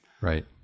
Right